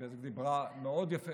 דיברה מאוד יפה